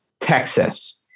Texas